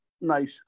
nice